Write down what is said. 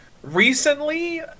Recently